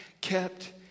kept